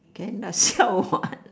can ah siao or what